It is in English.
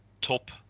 top